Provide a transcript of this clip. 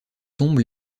tombent